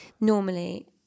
normally